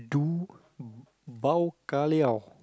do bao ka liao